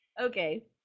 Okay